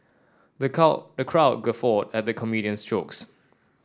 the crowd the crowd guffawed at the comedian's jokes